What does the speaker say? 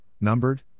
numbered